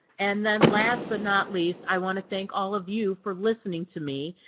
and then last but not least, i want to thank all of you for listening to me.